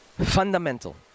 Fundamental